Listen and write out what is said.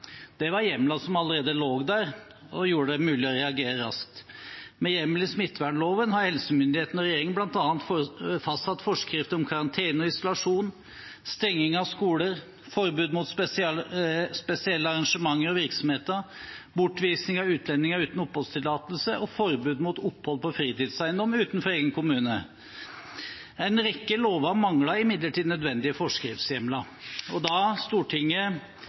var hjemler som allerede lå der, og gjorde det mulig å reagere raskt. Med hjemmel i smittevernloven har helsemyndighetene og regjeringen bl.a. fastsatt forskrifter om karantene og isolasjon, stenging av skoler, forbud mot spesielle arrangementer og virksomheter, bortvisning av utlendinger uten oppholdstillatelse og forbud mot opphold på fritidseiendom utenfor egen kommune. En rekke lover manglet imidlertid nødvendige forskriftshjemler, og da Stortinget